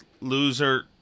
loser